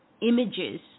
images